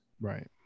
right